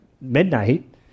midnight